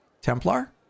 Templar